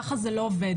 ככה זה לא עובד.